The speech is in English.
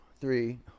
three